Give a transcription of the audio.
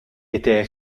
était